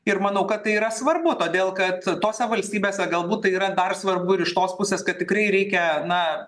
ir manau kad tai yra svarbu todėl kad tose valstybėse galbūt yra dar svarbu ir iš tos pusės kad tikrai reikia na